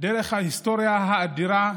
דרך ההיסטוריה האדירה,